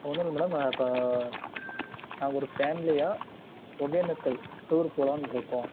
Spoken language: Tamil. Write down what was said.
ஒன்றும் இல்லை மேடம் நான் இப்போ நான் ஒரு ஃபேமிலியாக ஒகேனக்கல் டூர் போகலாம்னு இருக்கோம்